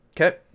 Okay